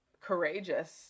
courageous